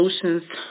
solutions